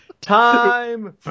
Time